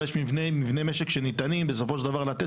אבל יש מבנה משק שניתן לתת בסופו של דבר.